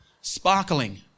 sparkling